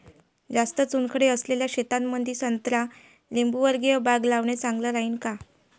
जास्त चुनखडी असलेल्या शेतामंदी संत्रा लिंबूवर्गीय बाग लावणे चांगलं राहिन का?